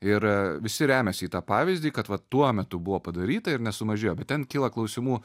ir visi remiasi į tą pavyzdį kad vat tuo metu buvo padaryta ir nesumažėjo bet ten kyla klausimų